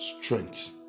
strength